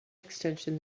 extension